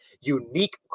unique